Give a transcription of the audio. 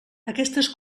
aquestes